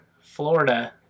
Florida